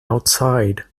outside